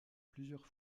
plusieurs